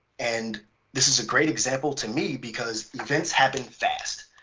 and this is a great example to me because events happen fast.